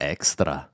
Extra